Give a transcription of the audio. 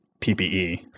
PPE